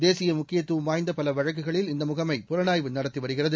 தேசிய முக்கியத்துவம் வாய்ந்த பல வழக்குகளை இந்த முகமை புலனாய்வு செய்து வருகிறது